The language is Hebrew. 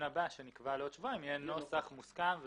הבא שנקבע לעוד שבועיים יהיה נוסח מוסכם,